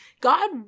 God